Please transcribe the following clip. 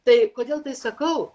tai kodėl tai sakau